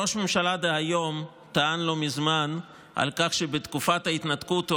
ראש הממשלה דהיום טען לא מזמן שבתקופת ההתנתקות הוא